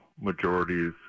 majorities